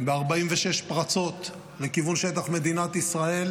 ב-46 פרצות לכיוון שטח מדינת ישראל,